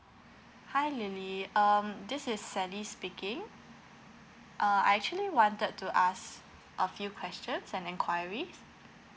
hi lily um this is sally speaking uh I actually wanted to ask a few questions and enquiries